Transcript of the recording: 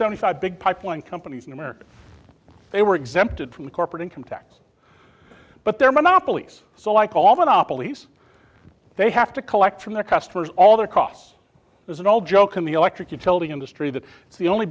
seventy five big pipeline companies in america they were exempted from corporate income tax but they're monopolies so i called monopolies they have to collect from their customers all their costs there's an old joke in the electric utility industry that it's the only